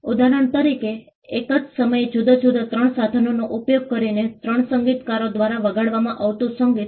ઉદાહરણ તરીકે એક જ સમયે જુદા જુદા 3 સાધનોનો ઉપયોગ કરીને ત્રણ સંગીતકારો દ્વારા વગાડવામાં આવતું સંગીત